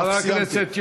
חבר הכנסת יואל,